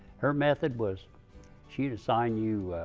her method was she would assign you